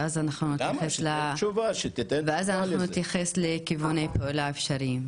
ואז אנחנו נתייחס לכיווני פעולה אפשריים.